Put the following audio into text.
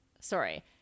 sorry